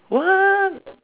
what